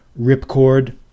ripcord